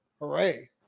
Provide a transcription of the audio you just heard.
hooray